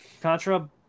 Contra